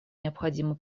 необходимо